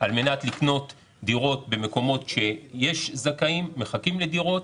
על מנת לקנות דירות במקומות שיש זכאים שמחכים לדיור.